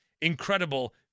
Incredible